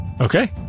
Okay